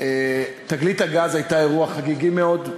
תגלית הגז הייתה אירוע חגיגי מאוד.